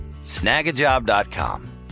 snagajob.com